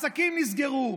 עסקים נסגרו,